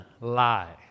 lie